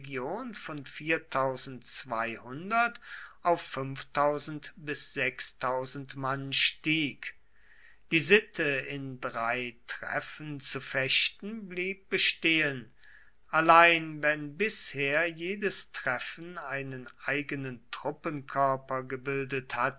von auf bis mann stieg die sitte in drei treffen zu fechten blieb bestehen allein wenn bisher jedes treffen einen eigenen truppenkörper gebildet hatte